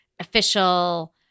official